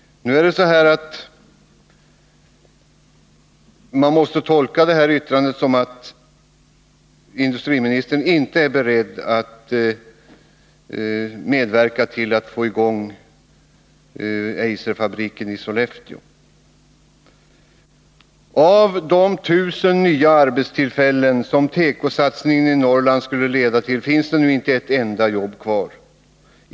Dagens yttrande måste man tolka så, att industriministern inte är beredd att medverka till att få i gång Eiserfabriken i Sollefteå. Av de 1000 nya arbetstillfällen som tekosatsningen i Norrland skulle leda till finns det nu inte ett enda jobb kvar.